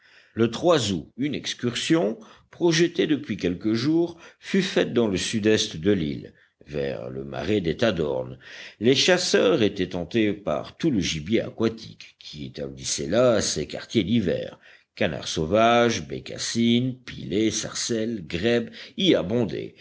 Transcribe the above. le août une excursion projetée depuis quelques jours fut faite dans le sud-est de l'île vers le marais des tadornes les chasseurs étaient tentés par tout le gibier aquatique qui établissait là ses quartiers d'hiver canards sauvages bécassines pilets sarcelles grèbes y